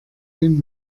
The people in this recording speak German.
dem